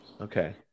Okay